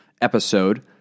episode